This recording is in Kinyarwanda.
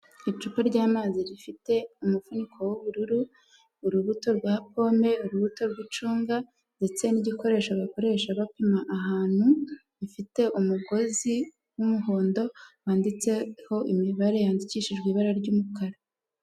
Icupa ry'amazi rifite umufuniko w'ubururu, urubuto rwa pome, urubuto rw'icunga, ndetse n'igikoresho bakoresha bapima ahantu, gifite umugozi w'umuhondo, wanditseho imibare yandikishijwe ibara ry'umukara.